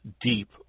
deep